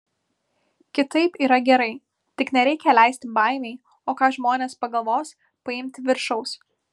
kitaip yra gerai tik nereikia leisti baimei o ką žmonės pagalvos paimti viršaus